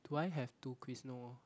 do I have two quiz no orh